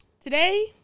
today